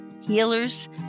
healers